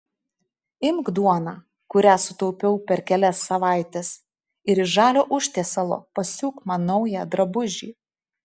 imk duoną kurią sutaupiau per kelias savaites ir iš žalio užtiesalo pasiūk man naują drabužį